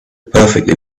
perfectly